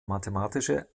mathematische